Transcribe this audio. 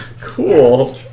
Cool